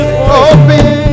open